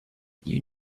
you